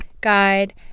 guide